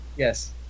Yes